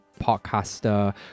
podcaster